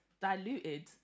diluted